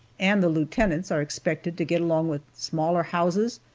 and the lieutenants are expected to get along with smaller houses,